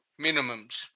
minimums